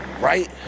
right